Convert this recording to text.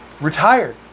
retired